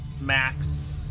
max